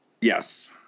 Yes